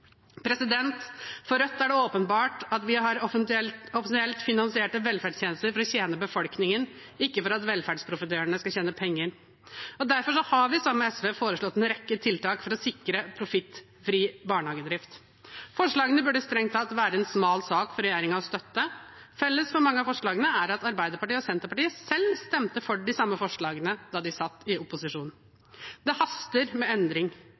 For Rødt er det åpenbart at vi har offentlig finansierte velferdstjenester for å tjene befolkningen, ikke for at velferdsprofitørene skal tjene penger. Derfor har vi, sammen med SV, foreslått en rekke tiltak for å sikre profittfri barnehagedrift. Forslagene burde strengt tatt være en smal sak for regjeringen å støtte. Felles for mange av forslagene er at Arbeiderpartiet og Senterpartiet selv stemte for de samme forslagene da de satt i opposisjon. Det haster med endring.